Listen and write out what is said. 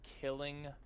killing